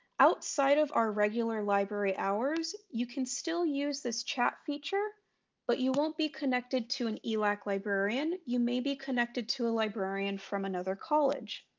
outside of our regular library hours you can still use this chat feature but you won't be connected to an elac librarian you may be connected to a librarian from another college.